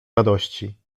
radości